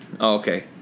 okay